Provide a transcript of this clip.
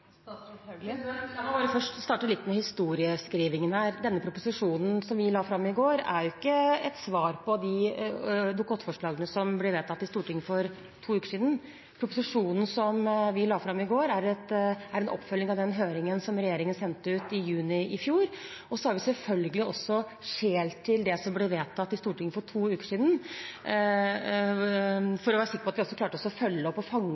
litt om historieskrivingen her: Den proposisjonen som vi la fram i går, er ikke et svar på de Dokument 8-forslagene som ble vedtatt i Stortinget for fire uker siden. Proposisjonen som vi la fram i går, er en oppfølging av den høringen som regjeringen sendte ut i juni i fjor. Vi har selvfølgelig også skjelt til det som ble vedtatt i Stortinget for to uker siden, for å være sikre på at vi også klarte å følge opp